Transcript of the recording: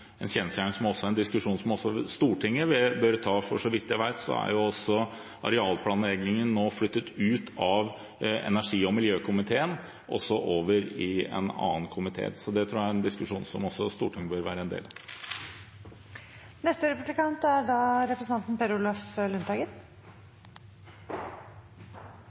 en kjensgjerning som også Stortinget bør ta en diskusjon om, for så vidt jeg vet, er arealplanleggingen nå flyttet ut av energi- og miljøkomiteen og over i en annen komité. Så det tror jeg er en diskusjon som også Stortinget bør være en del